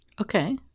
Okay